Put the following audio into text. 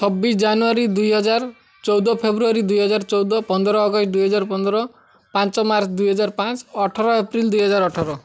ଛବିଶି ଜାନୁଆରୀ ଦୁଇହଜାର ଚଉଦ ଫେବୃଆରୀ ଦୁଇହଜାର ଚଉଦ ପନ୍ଦର ଅଗଷ୍ଟ ଦୁଇହଜାର ପନ୍ଦର ପାଞ୍ଚ ମାର୍ଚ୍ଚ ଦୁଇହଜାର ପାଞ୍ଚ ଅଠର ଏପ୍ରିଲ ଦୁଇହଜାର ଅଠର